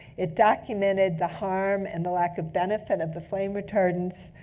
it documented the harm and the lack of benefit of the flame retardants.